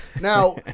Now